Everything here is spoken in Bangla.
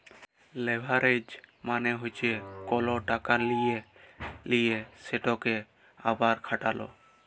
লেভারেজ মালে কল টাকা ললে লিঁয়ে সেটকে আবার খাটালো